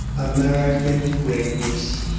american. great. this